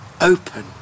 open